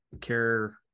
care